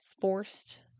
forced